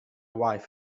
wife